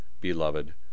beloved